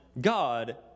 God